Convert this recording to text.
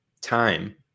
time